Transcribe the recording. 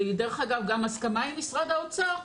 והיא גם הסכמה עם משרד האוצר,